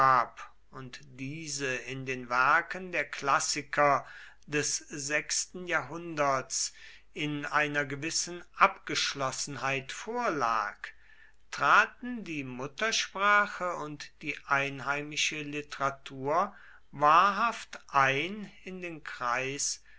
und diese in den werken der klassiker des sechsten jahrhunderts in einer gewissen abgeschlossenheit vorlag traten die muttersprache und die einheimische literatur wahrhaft ein in den kreis